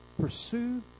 pursue